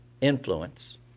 influence